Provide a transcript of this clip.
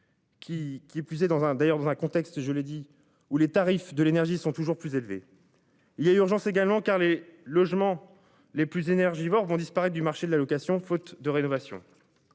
un d'ailleurs dans un contexte, je l'ai dit où les tarifs de l'énergie sont toujours plus élevés. Il y a urgence également car les logements les plus énergivores vont disparaître du marché de la location faute de rénovation.